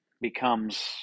becomes